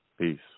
Peace